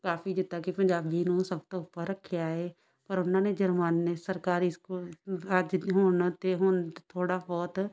ਕਾਫੀ ਜਿੱਦਾਂ ਕਿ ਪੰਜਾਬੀ ਨੂੰ ਸਭ ਤੋਂ ਉੱਪਰ ਰੱਖਿਆ ਹੈ ਪਰ ਉਹਨਾਂ ਨੇ ਜੁਰਮਾਨੇ ਸਰਕਾਰੀ ਸਕੂਲ ਲ ਅੱਜ ਹੁਣ ਅਤੇ ਹੁਣ ਥੋੜ੍ਹਾ ਬਹੁਤ